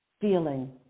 feeling